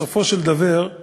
בסופו של דבר,